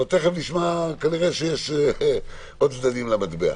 תכף נשמע כנראה שיש עוד צדדים למטבע.